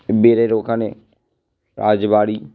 বেলের ওখানে রাজবাড়ি